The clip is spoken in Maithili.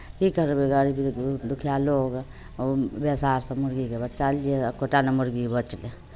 की करबै गरीब दुखिया लोक बैसारसँ मुर्गीके बच्चा लेलियै एको टा नहि मुर्गी बचलै